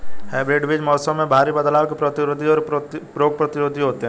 hybrid बीज मौसम में भारी बदलाव के प्रतिरोधी और रोग प्रतिरोधी होते हैं